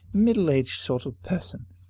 middle-aged sort of person!